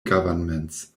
governments